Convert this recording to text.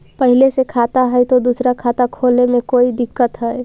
पहले से खाता है तो दूसरा खाता खोले में कोई दिक्कत है?